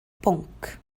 bwnc